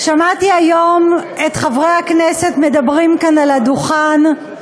שמעתי היום את חברי הכנסת מדברים כאן על הדוכן,